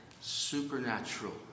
supernatural